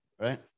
right